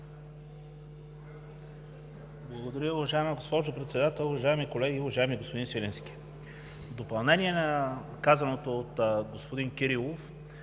Благодаря. Уважаема госпожо Председател, уважаеми колеги! Уважаеми господин Свиленски, в допълнение на казаното от господин Кирилов